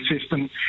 system